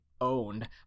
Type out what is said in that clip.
owned